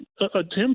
attempts